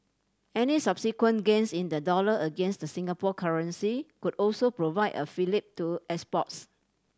any subsequent gains in the dollar against the Singapore currency could also provide a fillip to exports